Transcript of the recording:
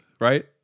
right